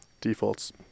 Defaults